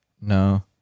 No